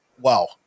wow